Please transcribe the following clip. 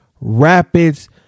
rapids